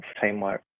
teamwork